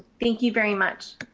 thank you very much.